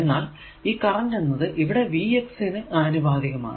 എന്നാൽ ഈ കറന്റ് എന്നത് ഈ Vx നു ആനുപാതികമാണ്